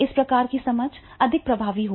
इस प्रकार की समझ अधिक प्रभावी होगी